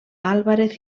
álvarez